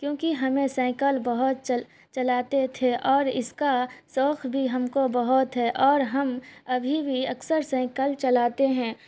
کیونکہ ہمیں سائیکل بہت چلاتے تھے اور اس کا شوق بھی ہم کو بہت ہے اور ہم ابھی بھی اکثر سائیکل چلاتے ہیں